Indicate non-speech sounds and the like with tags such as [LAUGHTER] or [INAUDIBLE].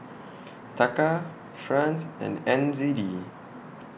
[NOISE] Taka Franc and N Z D